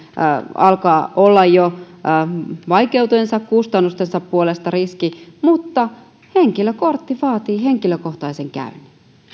alkaa olla jo kustannustensa puolesta riski mutta henkilökortti vaatii henkilökohtaisen käynnin